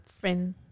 friend